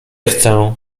chcę